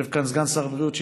יושב כאן סגן שר הבריאות שישיב,